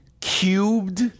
cubed